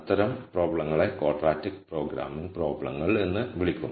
അത്തരം പ്രോബ്ലങ്ങളെ quadratic programming പ്രോബ്ലങ്ങൾ എന്ന് വിളിക്കുന്നു